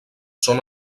són